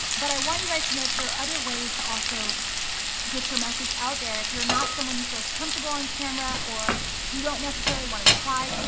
but i want you guys to know that there are other ways to also get your message out there if you're not someone who feels comfortable on camera, or you don't necessarily wanna try